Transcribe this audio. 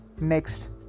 Next